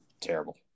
terrible